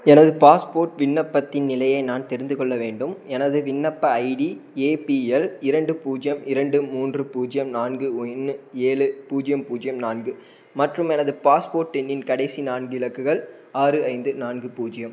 எனது பாஸ்போர்ட் விண்ணப்பத்தின் நிலையை நான் தெரிந்து கொள்ள வேண்டும் எனது விண்ணப்ப ஐடி ஏபிஎல் இரண்டு பூஜ்யம் இரண்டு மூன்று பூஜ்யம் நான்கு ஒன்று ஏழு பூஜ்யம் பூஜ்யம் நான்கு மற்றும் எனது பாஸ்போர்ட் எண்ணின் கடைசி நான்கு இலக்குகள் ஆறு ஐந்து நான்கு பூஜ்ஜியம்